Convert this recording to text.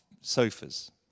sofas